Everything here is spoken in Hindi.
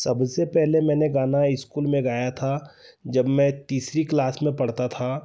सबसे पहले मैंने गाना स्कूल में गाया था जब मैं तीसरी क्लास में पढ़ता था